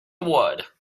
wood